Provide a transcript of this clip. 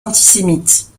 antisémite